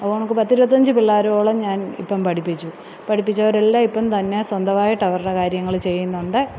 അതുപോലെ നമുക്ക് പത്തിരുപത്തഞ്ച് പിള്ളേരോളം ഞാന് ഇപ്പം പഠിപ്പിച്ചു പഠിപ്പിച്ചവരെല്ലാം ഇപ്പം തന്നെ സ്വന്തമായിട്ട് അവരുടെ കാര്യങ്ങള് ചെയ്യുന്നുണ്ട്